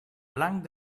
blanc